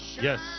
Yes